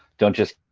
don't just